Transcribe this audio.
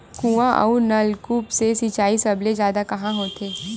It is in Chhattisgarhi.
कुआं अउ नलकूप से सिंचाई सबले जादा कहां होथे?